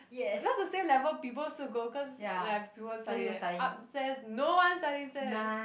because the same level people also go cause like people study there upstairs no one studies there